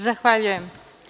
Zahvaljujem.